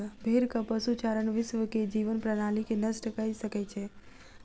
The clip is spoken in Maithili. भेड़क पशुचारण विश्व के जीवन प्रणाली के नष्ट कय सकै छै